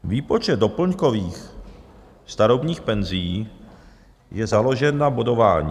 Výpočet doplňkových starobních penzí je založen na bodování.